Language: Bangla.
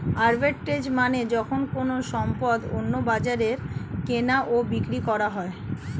আরবিট্রেজ মানে যখন কোনো সম্পদ অন্য বাজারে কেনা ও বিক্রি করা হয়